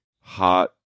hot